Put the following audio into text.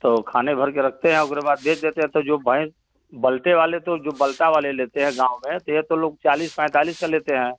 तो खाने भर के रखते हैं ओकरे बाद बेच देते हैं तो जो भैंस बल्टे वाले तो जो बल्टा वाले लेते हैं गाँव में तो ये तो लोग चालीस पैंतालीस का लेते हैं